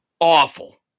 awful